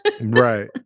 Right